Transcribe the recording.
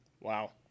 Wow